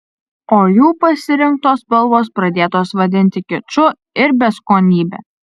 o jų pasirinktos spalvos pradėtos vadinti kiču ir beskonybe